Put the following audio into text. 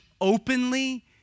openly